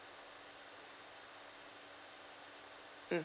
mm